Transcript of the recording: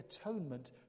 atonement